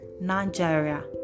nigeria